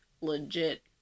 legit